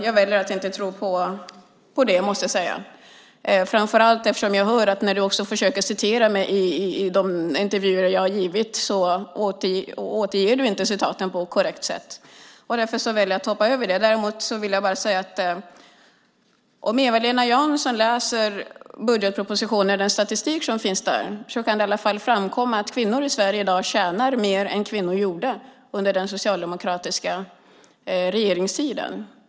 Jag väljer att inte tro på det, framför allt eftersom jag hör att hon inte återger citaten på ett korrekt sätt när hon försöker citera mig i de intervjuer jag har givit. Därför väljer jag att hoppa över det. Däremot vill jag bara säga att om Eva-Lena Jansson läser den statistik som finns i budgetpropositionen kan det i alla fall framkomma att kvinnor i Sverige tjänar mer i dag än de gjorde under den socialdemokratiska regeringstiden.